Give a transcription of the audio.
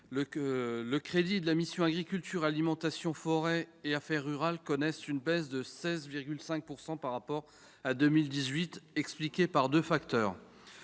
les crédits de la mission « Agriculture, alimentation, forêt et affaires rurales » connaissent une baisse de 16,5 % par rapport à 2018, diminution qui s'explique par deux facteurs